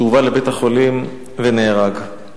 שהובא לבית-החולים ונהרג.